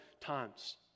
times